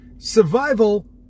survival